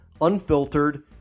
unfiltered